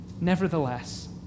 nevertheless